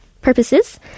purposes